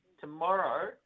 tomorrow